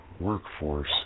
workforce